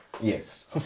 Yes